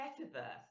metaverse